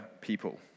people